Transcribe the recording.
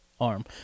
arm